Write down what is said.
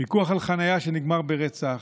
ויכוח על חניה שנגמר ברצח,